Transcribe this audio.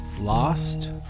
lost